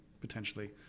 potentially